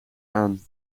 aan